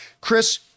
Chris